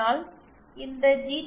ஆனால் இந்த ஜி